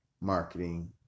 marketing